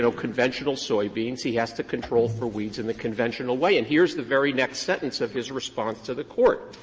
so conventional soybeans, he has to control for weeds in the conventional way. and here's the very next sentence in his response to the court.